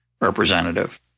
representative